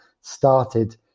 started